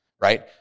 Right